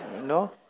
No